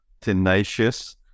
tenacious